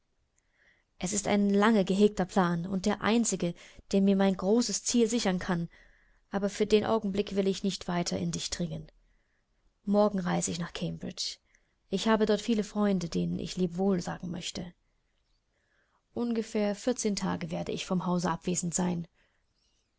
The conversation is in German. es ist ein lange gehegter plan und der einzige der mir mein großes ziel sichern kann aber für den augenblick will ich nicht weiter in dich dringen morgen reise ich nach cambridge ich habe dort viele freunde denen ich lebewohl sagen möchte ungefähr vierzehn tage werde ich vom hause abwesend sein